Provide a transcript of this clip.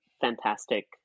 fantastic